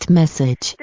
message